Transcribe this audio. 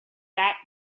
that